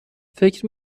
فکر